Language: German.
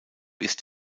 ist